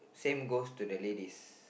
same goes to the ladies